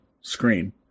screen